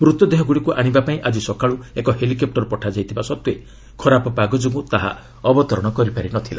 ମୃତଦେହଗୁଡ଼ିକୁ ଆଶିବାପାଇଁ ଆଜି ସକାଳୁ ଏକ ହେଲିକପ୍ଟର ପଠାଯାଇଥିବା ସତ୍ତ୍ୱେ ଖରାପ ପାଗ ଯୋଗୁଁ ତାହା ଅବତରଣ କରିପାରି ନ ଥିଲା